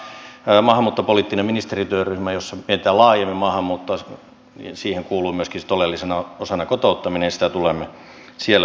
meillä aloittaa huomenna maahanmuuttopoliittinen ministerityöryhmä jossa mietitään laajemmin maahanmuuttoa ja siihen kuuluu myöskin sitten oleellisena osana kotouttaminen ja sitä tulemme siellä pistämään liikkeelle